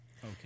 Okay